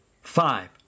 Five